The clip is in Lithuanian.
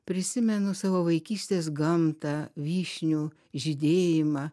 prisimenu savo vaikystės gamtą vyšnių žydėjimą